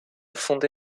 fondé